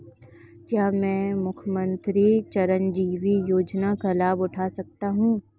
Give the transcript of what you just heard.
क्या मैं मुख्यमंत्री चिरंजीवी योजना का लाभ उठा सकता हूं?